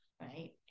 right